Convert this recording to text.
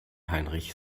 heinrich